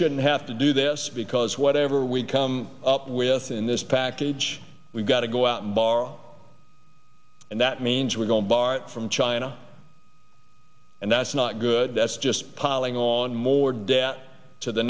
shouldn't have to do this because whatever we come up with in this package we've got to go out and borrow and that means we're going to borrow from china and that's not good that's just piling on more debt to the